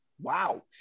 wow